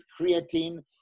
creatine